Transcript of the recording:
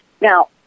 Now